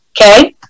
okay